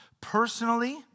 Personally